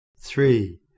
Three